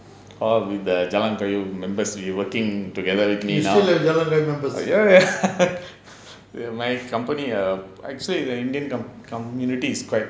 all with the jalan kayu members we working together with me ya ya ya my company err actually the indian community is quite